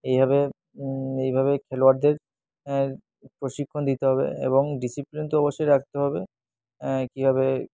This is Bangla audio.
এইভাবে এইভাবে খেলোয়াড়দের প্রশিক্ষণ দিতে হবে এবং ডিসিপ্লিন তো অবশ্যই রাখতে হবে কীভাবে